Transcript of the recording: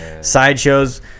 Sideshows